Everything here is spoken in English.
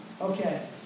Okay